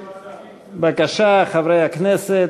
בבקשה, חברי הכנסת.